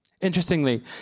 Interestingly